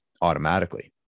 automatically